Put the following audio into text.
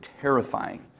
terrifying